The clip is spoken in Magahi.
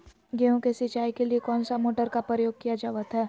गेहूं के सिंचाई के लिए कौन सा मोटर का प्रयोग किया जावत है?